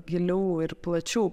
giliau ir plačiau